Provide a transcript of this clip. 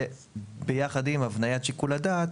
ביחד עם הבניית שיקול הדעת,